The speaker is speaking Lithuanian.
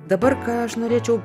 dabar ką aš norėčiau